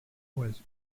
was